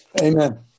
Amen